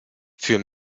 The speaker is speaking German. für